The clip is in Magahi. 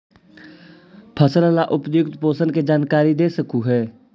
फसल ला उपयुक्त पोषण के जानकारी दे सक हु?